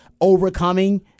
overcoming